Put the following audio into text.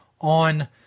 on